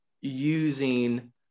using